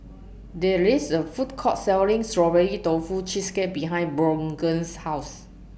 There IS A Food Court Selling Strawberry Tofu Cheesecake behind Brogan's House